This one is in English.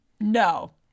No